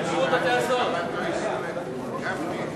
ההצעה להסיר מסדר-היום את